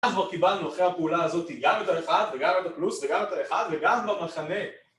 אנחנו קיבלנו אחרי הפעולה הזאת גם את האחד וגם את הפלוס וגם את האחד וגם במחנה